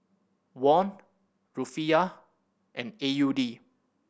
Won Rufiyaa and A U D